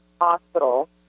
hospital